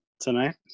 tonight